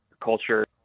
culture